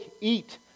eat